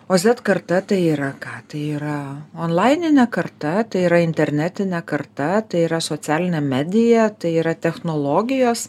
o zet karta tai yra ką tai yra onlaininė karta tai yra internetinė karta tai yra socialinė medija tai yra technologijos